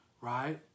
right